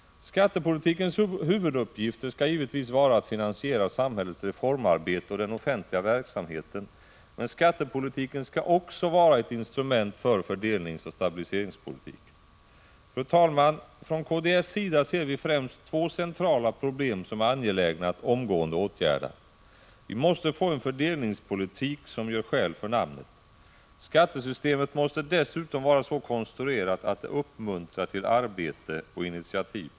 Skattepolitikens huvuduppgifter skall givetvis vara att finansiera samhällets reformarbete och den offentliga verksamheten, men skattepolitiken skall också vara ett instrument för fördelningsoch stabiliseringspolitiken. Fru talman! Från kds sida ser vi främst två centrala problem som är angelägna att omgående åtgärda. Vi måste få en fördelningspolitik som gör skäl för namnet. Skattesystemet måste dessutom vara så konstruerat att det uppmuntrar till arbete och initiativ.